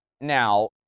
Now